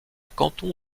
canton